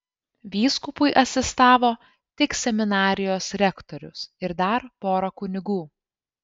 vyskupui asistavo tik seminarijos rektorius ir dar pora kunigų